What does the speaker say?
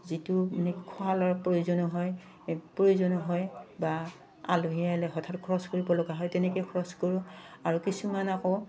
যিটো মানে খোৱা লোৱাৰ প্ৰয়োজনো হয় প্ৰয়োজনো হয় বা আলহী আহিলে হঠাৎ খৰচ কৰিব লগা হয় তেনেকৈ খৰচ কৰোঁ আৰু কিছুমান আকৌ